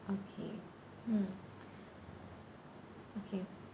okay hmm okay